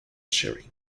sharing